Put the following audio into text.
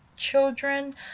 children